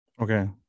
Okay